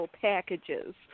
packages